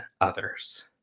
others